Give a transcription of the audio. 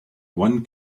one